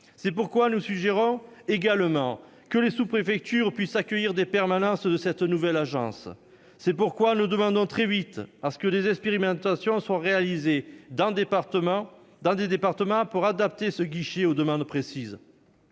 C'est pourquoi nous suggérons que les sous-préfectures puissent accueillir des permanences de la nouvelle agence. C'est pourquoi nous demandons que des expérimentations soient très rapidement menées dans des départements pour adapter ce guichet aux demandes. C'est